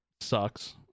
sucks